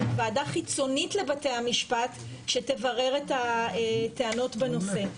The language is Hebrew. עם ועדה חיצונית לבתי המשפט שתברר את הטענות בנושא.